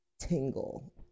tingle